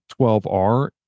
12R